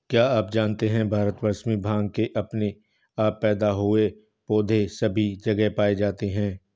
क्या आप जानते है भारतवर्ष में भांग के अपने आप पैदा हुए पौधे सभी जगह पाये जाते हैं?